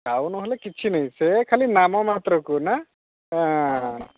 ଆଉ ନ ହେଲ କିଛି ନାହିଁ ସେ ଖାଲି ନାମ ମାତ୍ରକୁ ନା ହଁ